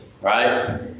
Right